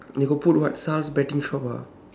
they got put what tsar's betting shop ah